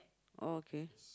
oh okay